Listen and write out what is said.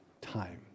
time